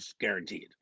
guaranteed